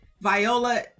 Viola